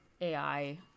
AI